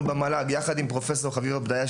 יחד עם פרופ' חביבה פדיה,